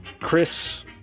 Chris